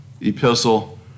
epistle